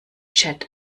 chat